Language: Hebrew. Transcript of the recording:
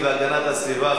בבקשה.